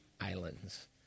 islands